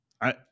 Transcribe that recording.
I-